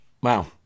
Wow